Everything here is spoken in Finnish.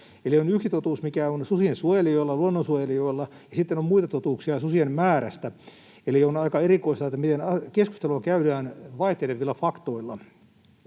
on. On yksi totuus, mikä on susien suojelijoilla, luonnonsuojelijoilla, ja sitten on muita totuuksia susien määrästä. Eli on aika erikoista, miten keskustelua käydään vaihtelevilla faktoilla.